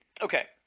okay